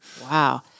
Wow